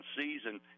season